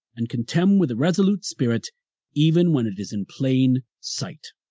and contemn with a resolute spirit even when it is in plain sight.